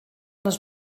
les